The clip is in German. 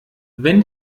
wenn